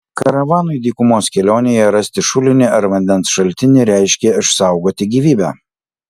karavanui dykumos kelionėje rasti šulinį ar vandens šaltinį reiškė išsaugoti gyvybę